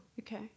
Okay